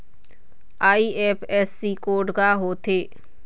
IFSC code का होथे?